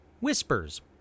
Whispers